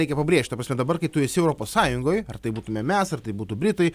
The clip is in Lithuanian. reikia pabrėžt ta prasme dabar kai tu esi europos sąjungoj ar tai būtume mes ar tai būtų britai